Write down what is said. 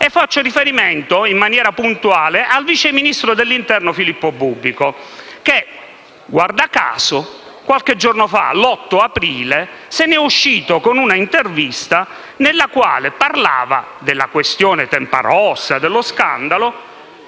Faccio riferimento, in maniera puntuale, al vice ministro dell'interno Filippo Bubbico, che guarda caso qualche giorno fa, l'8 aprile, se n'è uscito con un'intervista nella quale parlava della questione di Tempa Rossa e dello scandalo